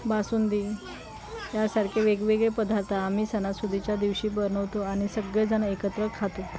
बासुंदी यासारखे वेगवेगळे पदार्थ आम्ही सणासुदीच्या दिवशी बनवतो आणि सगळे जणं एकत्र खातो